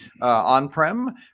on-prem